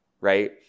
right